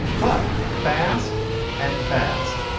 but fast and fast.